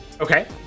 Okay